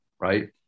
right